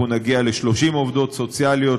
אנחנו נגיע ל-30 עובדות סוציאליות.